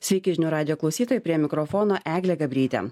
sveiki žinių radijo klausytojai prie mikrofono eglė gabrytė